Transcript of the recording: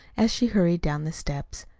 as she hurried down the steps.